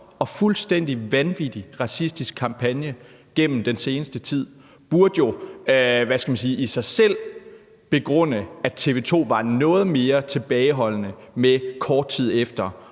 og fuldstændig vanvittig racistisk kampagne gennem den seneste tid, burde jo i sig selv begrunde, at TV 2 var noget mere tilbageholdende med kort tid efter